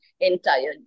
entirely